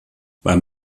beim